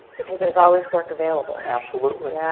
because there's always work available. absolutely.